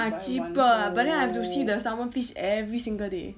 ah cheaper but then I have to see the salmon fish every single day